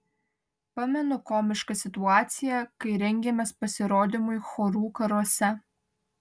pamenu komišką situaciją kai rengėmės pasirodymui chorų karuose